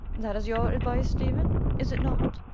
that is your advice, stephen, is it not?